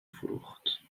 فروخت